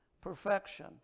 Perfection